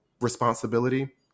responsibility